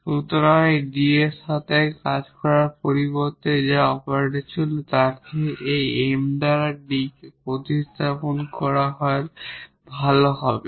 সুতরাং এই D এর সাথে কাজ করার পরিবর্তে যা অপারেটর ছিল তাকে এই M দ্বারা এই D কে প্রতিস্থাপন করা ভাল হবে